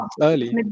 Early